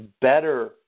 better